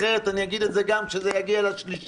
אחרת אני אגיד את זה גם כשזה יגיע לשלישי,